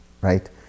Right